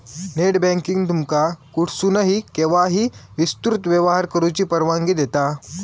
net banking तुमका कुठसूनही, केव्हाही विस्तृत व्यवहार करुची परवानगी देता